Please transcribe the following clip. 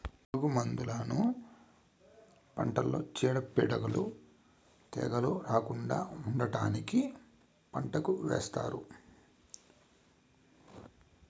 పురుగు మందులను పంటలో చీడపీడలు, తెగుళ్ళు రాకుండా ఉండటానికి పంటకు ఏస్తారు